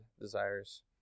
desires